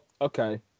okay